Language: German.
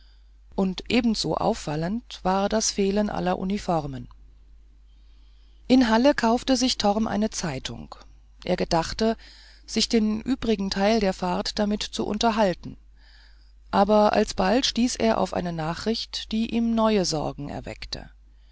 und ebenso auffallend war das fehlen aller uniformen in halle kaufte sich torm eine zeitung er gedachte sich den übrigen teil der fahrt damit zu unterhalten aber alsbald stieß er auf eine nachricht die ihm neue sorgen erweckte